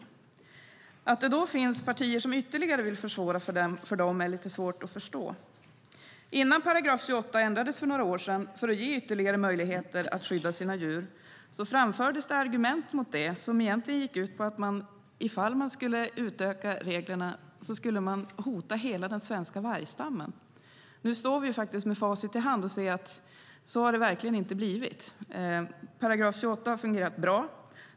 Det är lite svårt att förstå att det då finns partier som ytterligare vill försvåra för dem. Innan § 28 ändrades för några år sedan för att ge ytterligare möjligheter att skydda sina djur framfördes argument mot det som egentligen gick ut på att man skulle hota hela den svenska vargstammen om man skulle utöka reglerna. Nu står vi med facit i hand och ser att så har det verkligen inte blivit. § 28 har fungerat bra.